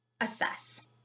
assess